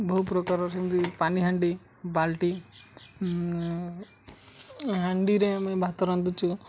ବହୁ ପ୍ରକାରର ସେମିତି ପାଣିହାଣ୍ଡି ବାଲ୍ଟି ହାଣ୍ଡିରେ ଆମେ ଭାତ ରାନ୍ଧୁଛୁ